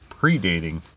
predating